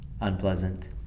unpleasant